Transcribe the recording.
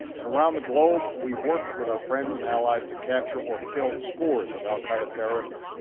and around the globe, we worked with our friends and allies to capture or kill scores of al qaeda terrorists,